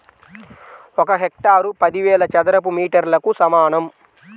ఒక హెక్టారు పదివేల చదరపు మీటర్లకు సమానం